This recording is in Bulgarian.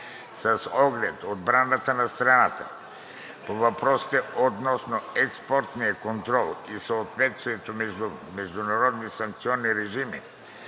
С оглед отбраната на страната по въпросите относно експортния контрол и съответствието между международни санкционни режими,